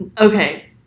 Okay